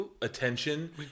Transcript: attention